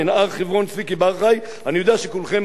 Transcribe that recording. אני יודע שכולכם מצביעים בדרך כלל לאיחוד